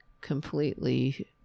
Completely